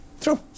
True